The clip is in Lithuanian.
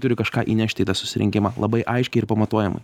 turi kažką įnešti į tą susirinkimą labai aiškiai ir pamatuojamai